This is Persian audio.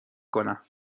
کنم